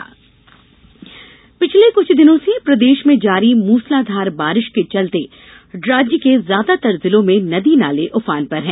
मौसम बारिश पिछले कुछ दिनों से प्रदेश में जारी मूसलाधार बारिश के चलते राज्य के ज्यादातर जिलों में नदी नाले उफान पर हैं